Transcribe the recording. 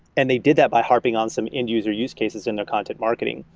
and they did that by harping on some end-user use cases in their content marketing.